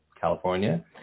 California